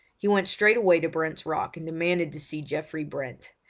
he went straightway to brent's rock, and demanded to see geoffrey brent,